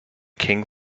king